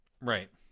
Right